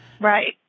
Right